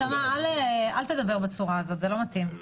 נשמה, אל תדבר בצורה הזאת, זה לא מתאים.